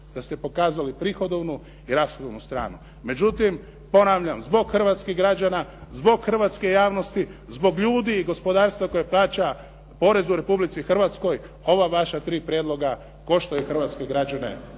da ste pokazali prihodovnu i rashodovnu stranu. Međutim, ponavljam, zbog hrvatskih građana, zbog hrvatske javnosti, zbog ljudi i gospodarstva koje plaća porez u Republici Hrvatskoj ova vaša tri prijedloga koštaju Hrvatsku i građane